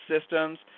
systems